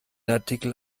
artikel